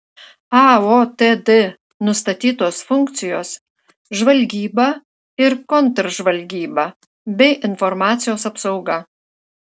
aotd nustatytos funkcijos žvalgyba ir kontržvalgyba bei informacijos apsauga